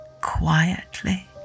quietly